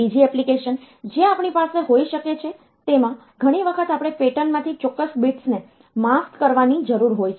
બીજી એપ્લિકેશન જે આપણી પાસે હોઈ શકે છે તેમાં ઘણી વખત આપણે પેટર્નમાંથી ચોક્કસ બિટ્સ ને માસ્ક કરવાની જરૂર હોય છે